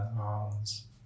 arms